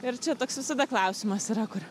ir čia toks visada klausimas yra kur